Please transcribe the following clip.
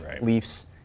Leafs